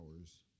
hours